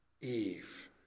Eve